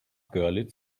görlitz